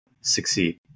succeed